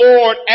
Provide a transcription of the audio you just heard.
Lord